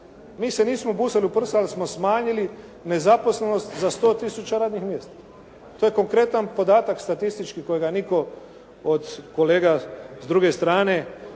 Mi se nismo busali u prsa, ali smo smanjili nezaposlenost za 100 tisuća radnih mjesta. To je konkretan podatak statistički kojega nitko od kolega s druge strane